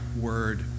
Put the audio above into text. word